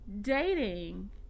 Dating